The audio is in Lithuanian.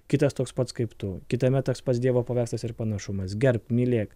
kitas toks pats kaip tu kitame toks pats dievo paveikslas ir panašumas gerbk mylėk